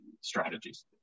strategies